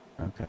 Okay